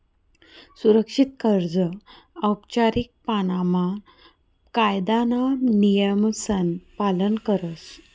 सुरक्षित कर्ज औपचारीक पाणामा कायदाना नियमसन पालन करस